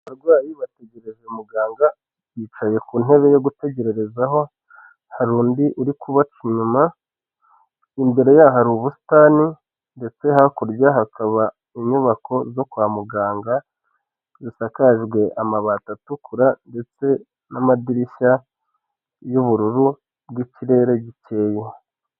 Hari igitanda kiri mu nzu ikodeshwa amadolari magana atanu mirongo itanu buri kwezi ikaba iherereye Kabeza.